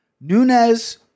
Nunez